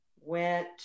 went